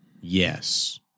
yes